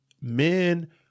men